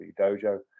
Dojo